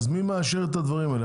מי מאשר את הדברים האלה?